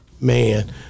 man